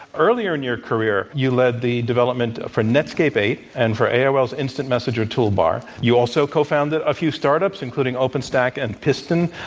earlier in your career you led the development for netscape eight, and for aol's instant messenger toolbar. you also co-founded a few start-ups including openstack and piston.